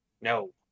no